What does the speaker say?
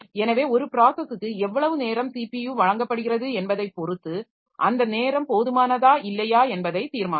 எனவே ஒரு ப்ராஸஸுக்கு எவ்வளவு நேரம் ஸிபியு வழங்கப்படுகிறது என்பதை பொறுத்து அந்த நேரம் போதுமானதா இல்லையா என்பதை தீர்மானிக்கும்